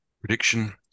prediction